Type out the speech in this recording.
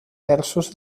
terços